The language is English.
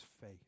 faith